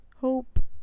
hope